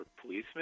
policemen